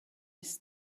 his